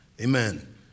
Amen